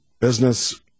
business